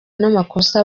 n’amakosa